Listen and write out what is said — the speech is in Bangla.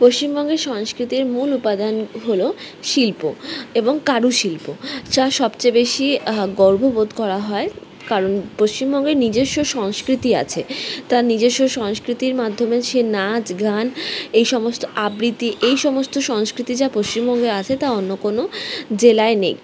পশ্চিমবঙ্গের সংস্কৃতির মূল উপাদান হল শিল্প এবং কারুশিল্প যা সবচেয়ে বেশি গর্ববোধ করা হয় কারণ পশ্চিমবঙ্গের নিজস্ব সংস্কৃতি আছে তার নিজেস্ব সংস্কৃতির মাধ্যমে সে নাচ গান এই সমস্ত আবৃতি এই সমস্ত সংস্কৃতি যা পশ্চিমবঙ্গে আছে তা অন্য কোনও জেলায় নেই